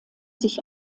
sich